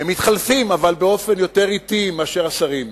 מתחלפים, אבל באופן יותר אטי מהשרים.